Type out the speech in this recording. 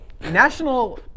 national